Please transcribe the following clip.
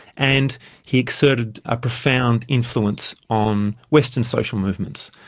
and he exerted a profound influence on western social movements.